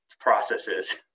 processes